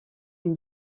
une